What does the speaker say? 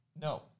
No